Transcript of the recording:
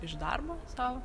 iš darbo savo